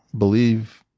believe